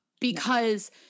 because-